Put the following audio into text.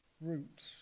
roots